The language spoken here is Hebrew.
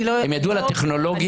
הם ידעו על הטכנולוגיה?